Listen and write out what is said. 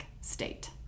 state